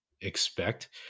expect